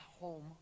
home